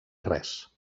res